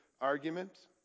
argument